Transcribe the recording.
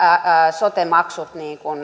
sote maksut